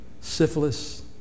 syphilis